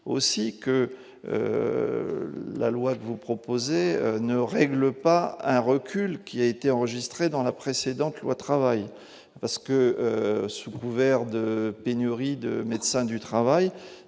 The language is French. aussi que la loi que vous proposez ne règle pas un recul qui a été enregistré dans la précédente loi travail parce que sous couvert de pénurie de médecins du travail